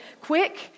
quick